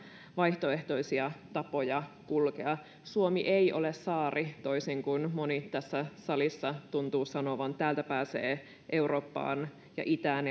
vaihtoehtoisia tapoja kulkea suomi ei ole saari toisin kuin moni tässä salissa tuntuu sanovan täältä pääsee eurooppaan ja itään